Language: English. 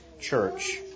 church